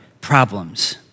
problems